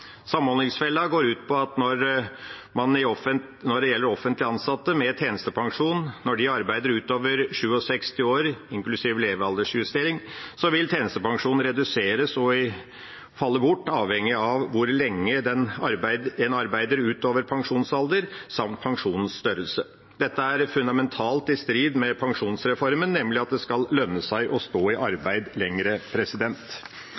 går ut på at når offentlig ansatte med tjenestepensjon arbeider ut over 67 år inklusiv levealdersjustering, vil tjenestepensjonen reduseres og falle bort, avhengig av hvor lenge en arbeider ut over pensjonsalder, samt pensjonens størrelse. Dette er fundamentalt i strid med pensjonsreformen, nemlig at det skal lønne seg å stå i